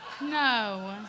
No